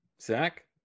Zach